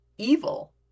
Evil